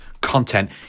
content